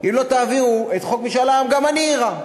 אם לא תעבירו את חוק משאל עם, גם אני אירה.